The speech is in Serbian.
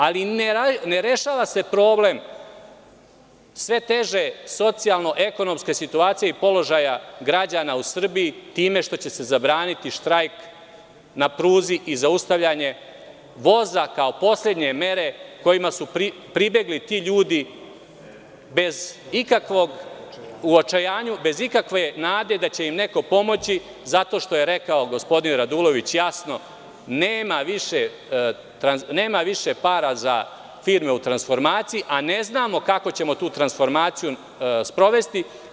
Ali, ne rešava se problem sve teže socijalno-ekonomske situacije i položaja građana u Srbiji time što će se zabraniti štrajk na pruzi, i zaustavljanje voza, kao poslednje mere kojima su pribegli ti ljudi u očajanju bez ikakve nade da će im neko pomoći, zato što je rekao gospodin Radulović jasno – nema više para za firme u transformaciji, a ne znamo kako ćemo tu transformaciju sprovesti.